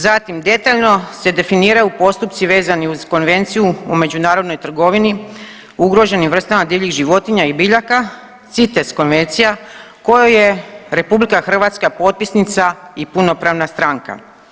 Zatim detaljno se definiraju postupci vezani uz Konvenciju o međunarodnoj trgovini ugroženim vrstama divljih životinja i biljaka CITES konvencija kojoj je RH potpisnica i punopravna stranka.